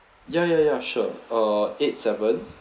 ya ya ya sure uh eight seven